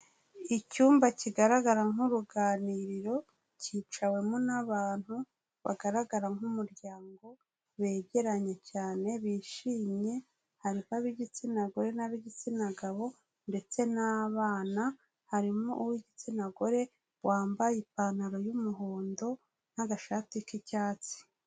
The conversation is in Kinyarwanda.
Icyumba kigaragara nk'uruganiriro, cyicawemo n'abantu bagaragara nk'umuryango begeranye cyane bishimye, hari ab'igitsina gore n'ab'igitsina gabo ndetse n'abana, harimo uw'igitsina gore wambaye ipantaro y'umuhondo n'agashati k'icyatsi.